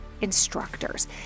instructors